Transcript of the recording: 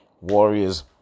Warriors